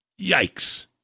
Yikes